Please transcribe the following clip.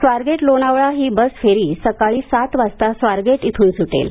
स्वारगेट लोणावळा ही बसफेरी सकाळी सात वाजता स्वारगेट इथून सुटेल